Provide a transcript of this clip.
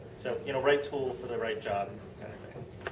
so you know right tool for the right job.